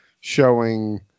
showing